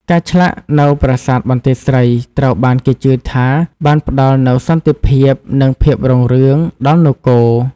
ការឆ្លាក់នៅប្រាសាទបន្ទាយស្រីត្រូវបានគេជឿថាបានផ្តល់នូវសន្តិភាព និងភាពរុងរឿងដល់នគរ។